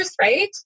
right